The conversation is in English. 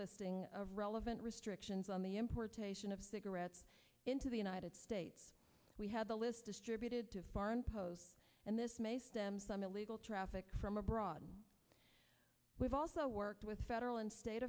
listing of relevant restrictions on the importation of cigarettes into the united states we have a list distributed to foreign pows and this some illegal traffic from abroad we've also worked with federal and state